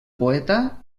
poeta